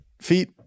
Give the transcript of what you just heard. feet